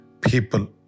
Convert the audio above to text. people